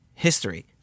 history